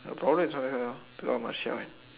your problem is not with her it's all Marcia